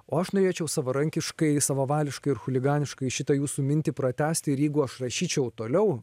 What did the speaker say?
o aš norėčiau savarankiškai savavališkai ir chuliganiškai šitą jūsų mintį pratęsti ir jeigu aš rašyčiau toliau